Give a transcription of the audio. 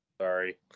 Sorry